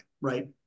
right